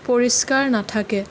পৰিষ্কাৰ নাথাকে